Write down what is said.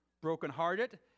brokenhearted